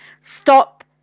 stop